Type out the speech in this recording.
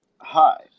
Hi